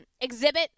exhibit